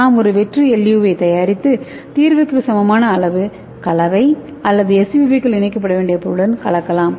நாம் ஒரு வெற்று எஸ்யூவியைத் தயாரித்து தீர்வுக்கு சமமான அளவு கலவை அல்லது எஸ்யூவிக்குள் இணைக்கப்பட வேண்டிய பொருளுடன் கலக்கலாம்